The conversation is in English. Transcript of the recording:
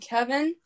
Kevin